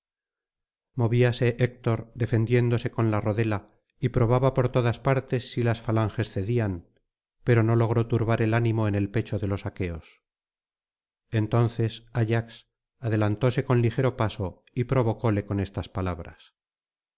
movíase héctor defendiéndose con la rodela y probaba por todas partes si las falanges cedían pero no logró turbar el ánimo en el pecho de los aqueos entonces ayax adelantóse con ligero paso y provocóle con estas palabras